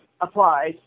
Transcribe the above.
applies